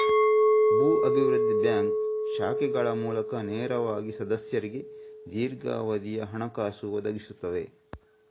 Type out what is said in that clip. ಭೂ ಅಭಿವೃದ್ಧಿ ಬ್ಯಾಂಕ್ ಶಾಖೆಗಳ ಮೂಲಕ ನೇರವಾಗಿ ಸದಸ್ಯರಿಗೆ ದೀರ್ಘಾವಧಿಯ ಹಣಕಾಸು ಒದಗಿಸುತ್ತದೆ